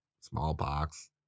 smallpox